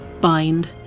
bind